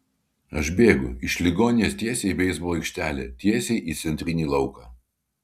aš bėgu iš ligoninės tiesiai į beisbolo aikštelę tiesiai į centrinį lauką